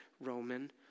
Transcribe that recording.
Roman